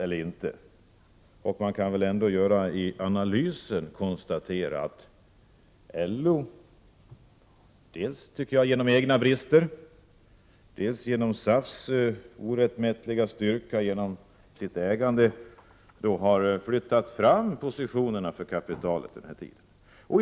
I analysen kan man ändå konstatera att LO dels genom egna brister, dels genom SAF:s orättmätiga styrka till följd av sitt ägande har flyttat fram positionerna för kapitalet under den här tiden.